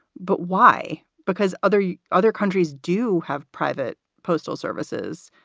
but why? because other yeah other countries do have private postal services.